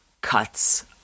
cuts